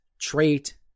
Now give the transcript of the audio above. trait